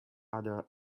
other